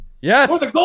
Yes